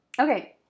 Okay